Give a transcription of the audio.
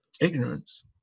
ignorance